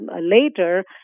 later